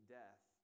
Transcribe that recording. death